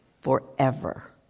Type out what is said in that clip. forever